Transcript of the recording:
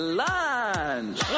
lunch